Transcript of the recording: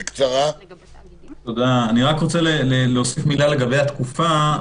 אני רוצה להוסיף משפט לגבי התקופה.